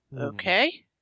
Okay